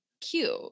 cute